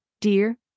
Dear